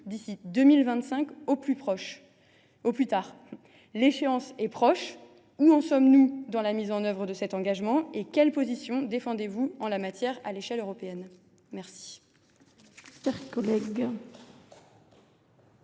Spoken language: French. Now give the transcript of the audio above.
d’ici 2025 au plus tard ». L’échéance est proche ! Où en sommes nous dans la mise en œuvre de cet engagement et quelles positions défendez vous en la matière à l’échelle européenne ? La